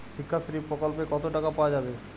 শিক্ষাশ্রী প্রকল্পে কতো টাকা পাওয়া যাবে?